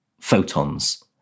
photons